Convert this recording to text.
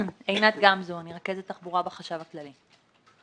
אני רכזת תחבורה בחשב הכללי.